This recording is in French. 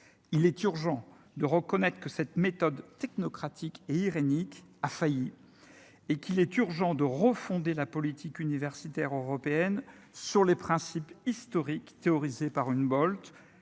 il est urgent de reconnaître que cette méthode technocratique et irénique a failli et qu'il est urgent de refonder la politique universitaire européenne sur les principes historiques théorisé par une Bolt